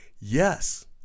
yes